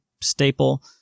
staple